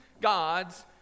God's